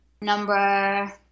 Number